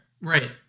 right